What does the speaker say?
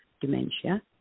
dementia